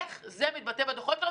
איך זה מתבטא בדוחות היום?